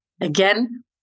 Again